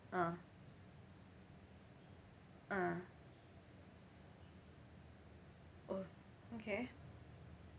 ah ah oh okay